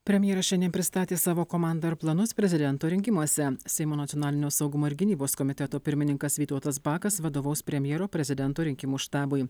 premjeras šiandien pristatė savo komandą ir planus prezidento rinkimuose seimo nacionalinio saugumo ir gynybos komiteto pirmininkas vytautas bakas vadovaus premjero prezidento rinkimų štabui